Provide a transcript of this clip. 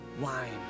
wine